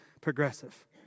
progressive